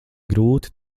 grūti